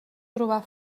trobar